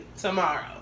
tomorrow